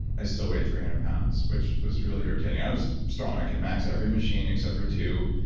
i still weighed three hundred pounds, which was really irritating. i was strong i could max every machine except for two,